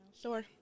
Sure